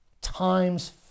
times